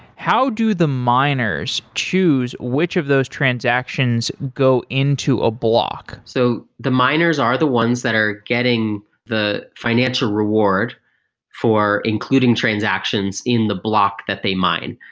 how do the miners choose which of those transactions go into a block? so the miners are the ones that are getting the financial reward including transactions in the block that they mine,